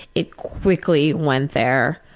it's quickly went there.